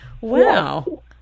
Wow